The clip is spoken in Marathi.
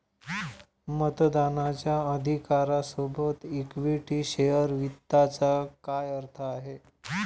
मतदानाच्या अधिकारा सोबत इक्विटी शेअर वित्ताचा काय अर्थ आहे?